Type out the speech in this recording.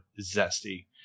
zesty